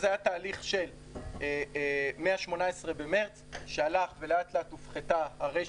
זה היה תהליך מה-18 במרץ שלאט לאט הופחתה הרשת.